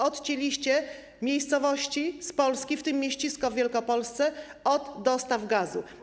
Odcięliście miejscowości z Polski, w tym Mieścisko w Wielkopolsce, od dostaw gazu.